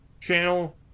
channel